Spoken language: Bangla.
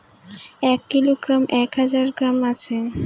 এক কিলোগ্রামে এক হাজার গ্রাম আছে